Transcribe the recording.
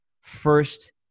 first